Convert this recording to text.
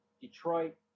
Detroit